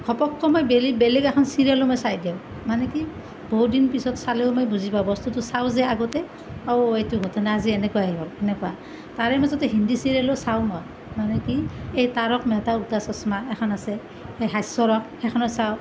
ঘপক্কৈ মই বেলেগ এখন চিৰিয়েলো মই চাই দিওঁ মানে কি বহু দিন পিছত চালেও মই বুজি পাওঁ বস্তুটো চাওঁ যে আগতে ঔ এইটো ঘটনা আজি এনেকুৱাহে হ'ল সেনেকুৱা তাৰে মাজতে হিন্দী চিৰিয়েলো চাওঁ মই মানে কি এই তাৰক মেহতাৰ উল্টা চশমা এখন আছে সেই হাস্য ৰস সেইখনো চাওঁ